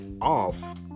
off